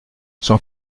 sans